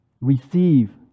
receive